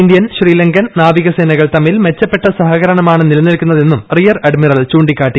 Indian Sri Lankan നാവികസേനകൾ തമ്മിൽ മെച്ചപ്പെട്ട സഹകരണമാണ് നിലനിൽക്കുന്നതെന്നും റിയർ അഡ്മിറൽ ചൂണ്ടിക്കാട്ടി